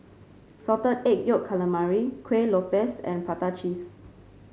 Salted Egg Yolk Calamari Kueh Lopes and Prata Cheese